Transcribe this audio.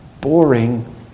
Boring